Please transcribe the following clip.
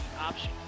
option